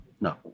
No